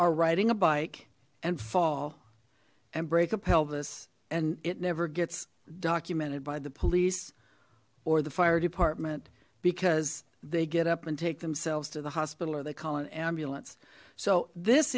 are riding a bike and fall and break a pelvis and it never gets documented by the police or the fire department because they get up and take themselves to the hospital or they call an ambulance so this